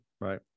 Right